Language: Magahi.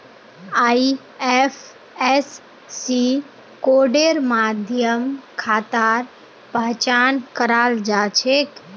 आई.एफ.एस.सी कोडेर माध्यम खातार पहचान कराल जा छेक